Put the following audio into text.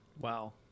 Wow